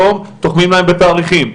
היום תוחמים להם בתאריכים.